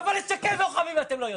אבל לשקם לוחמים אתם לא יודעים,